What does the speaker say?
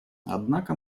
однако